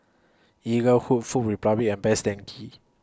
Eaglehawk Food Republic and Best Denki